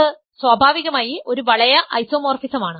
അത് സ്വാഭാവികമായി ഒരു വളയ ഐസോമോർഫിസമാണ്